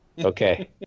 Okay